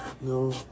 No